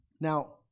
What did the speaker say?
Now